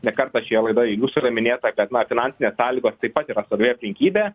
ne kartą šioje laidoje jūsų yra minėta kad na finansinės sąlygos taip pat yra svarbi aplinkybė